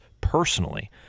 personally